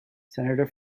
senator